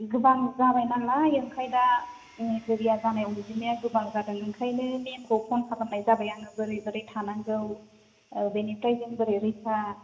गोबां जाबाय नालाय ओमफ्राय दा मेलेरिया जानाय अन्जिमाया गोबां जादों ओंखायनो मेमखौ फन खालामनाय जाबाय आङो बोरै बोरै थानांगौ बेनिफ्राय बोरै रैखा